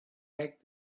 fact